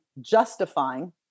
justifying